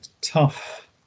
tough